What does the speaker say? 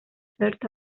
cert